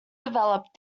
developed